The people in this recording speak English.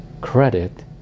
Credit